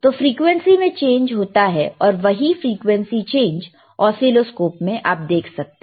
तो फ्रीक्वेंसी में चेंज होता है और वही फ्रीक्वेंसी चेंज असीलोस्कोप में आप देख सकते हैं